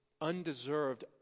undeserved